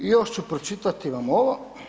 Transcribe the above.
I još ću pročitati vam ovo.